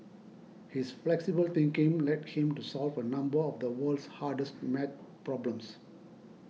his flexible thinking led him to solve a number of the world's hardest maths problems